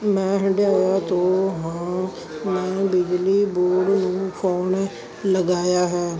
ਮੈਂ ਹੰਢਿਆਇਆ ਤੋਂ ਹਾਂ ਮੈ ਬਿਜਲੀ ਬੋਰਡ ਨੂੰ ਫੋਨ ਲਗਾਇਆ ਹੈ